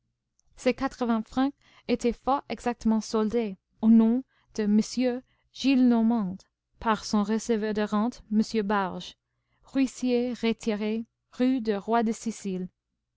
ces quatre-vingts francs étaient fort exactement soldés au nom de m gillenormand par son receveur de rentes m barge huissier retiré rue du roi de sicile les